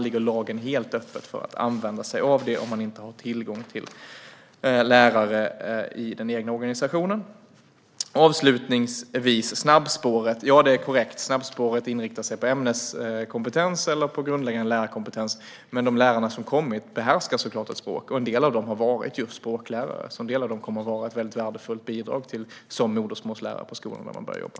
Lagen är helt öppen för användning av detta om man inte har tillgång till lärare i den egna organisationen. Avslutningsvis är det korrekt att snabbspåret inriktar sig på ämneskompetens eller grundläggande lärarkompetens, men de lärare som kommit behärskar såklart ett språk. En del av dem har varit just språklärare och kommer att vara ett väldigt värdefullt bidrag som modersmålslärare på de skolor där de börjar jobba.